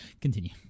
Continue